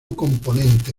componente